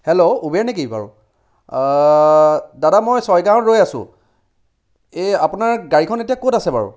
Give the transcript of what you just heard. hello Uber নিকি বাৰু দাদা মই ছয়গাঁৱত ৰৈ আছো এই আপোনাৰ গাড়ীখন এতিয়া ক'ত আছে বাৰু